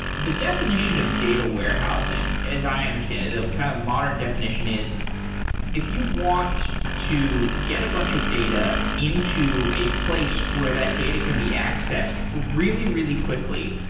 the definition of data warehousing as i understand it, the kind of modern definition is if you want to get a bunch of data into a place where that data can be accessed really, really quickly,